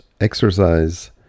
exercise